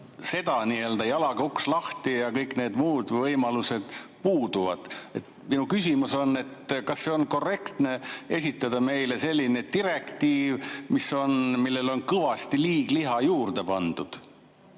see nii-öelda jalaga uks lahti ja kõik need muud võimalused puuduvad. Mu küsimus on: kas on korrektne esitada meile selline direktiiv, millele on kõvasti liigliha juurde pandud?